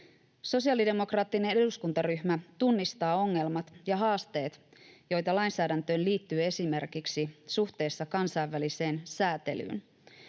Sosiaalidemokraattinen eduskuntaryhmä tunnistaa ongelmat ja haasteet, joita lainsäädäntöön liittyy esimerkiksi suhteessa kansainväliseen säätelyyn,